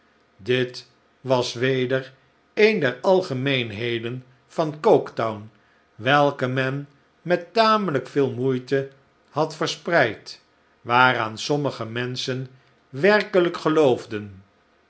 dit was weder een der algemeenheden van coketown welke men met tamelijk veel moeite had verspreid waaraan sommige menschen werkelijk geloofden